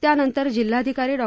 त्यानंतर जिल्हाधिकारी डॉ